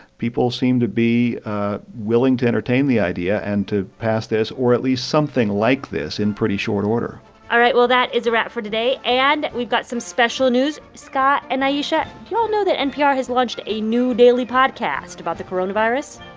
people seem to be willing to entertain the idea and to pass this or at least something like this in pretty short order all right, well, that is a wrap for today. and we've got some special news. scott and ayesha, do you all know that npr has launched a new daily podcast about the coronavirus?